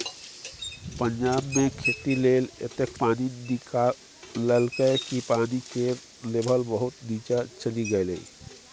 पंजाब मे खेती लेल एतेक पानि निकाललकै कि पानि केर लेभल बहुत नीच्चाँ चलि गेलै